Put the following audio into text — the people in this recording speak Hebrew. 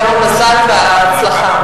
גם המזל וההצלחה.